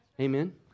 Amen